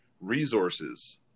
resources